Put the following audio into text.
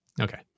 Okay